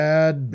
Bad